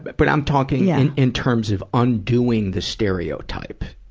but but i'm talking in, in terms of undoing the stereotype.